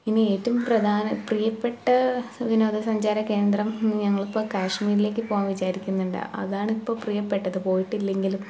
ഇനി ഏറ്റോം പ്രധാന പ്രിയപ്പെട്ട വിനോദ സഞ്ചാര കേന്ദ്രം എന്നു ഞങ്ങളിപ്പം കാശ്മീരിലേക്ക് പോവാൻ വിചാരിക്കുന്നുണ്ട് അതാണ് ഇപ്പം പ്രിയപ്പെട്ടത് പോയിട്ടില്ലെങ്കിലും